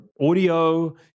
audio